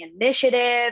initiative